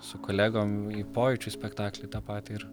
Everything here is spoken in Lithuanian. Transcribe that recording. su kolegom į pojūčių spektaklį tą patį ir